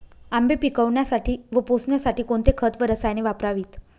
आंबे पिकवण्यासाठी व पोसण्यासाठी कोणते खत व रसायने वापरावीत?